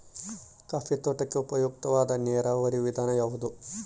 Coffee ತೋಟಕ್ಕೆ ಉಪಯುಕ್ತವಾದ ನೇರಾವರಿ ವಿಧಾನ ಯಾವುದು?